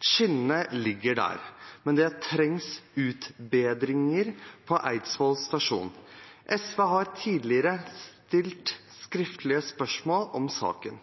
Skinnene ligger der, men det trengs utbedringer på Eidsvoll stasjon. SV har tidligere stilt skriftlig spørsmål om saken.